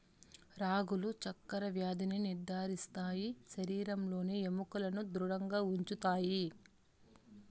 రాగులు చక్కర వ్యాధిని నియంత్రిస్తాయి శరీరంలోని ఎముకలను ధృడంగా ఉంచుతాయి